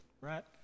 right